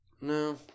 No